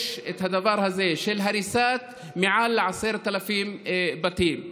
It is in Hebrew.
יש דבר כזה של הריסת מעל 10,000 בתים.